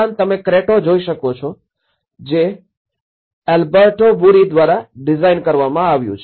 ઉપરાંત તમે ક્રેટો જોઈ શકો છો કે જે આલ્બર્ટો બુરી દ્વારા ડિઝાઇન કરવામાં આવ્યું છે